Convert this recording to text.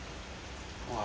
!wah! I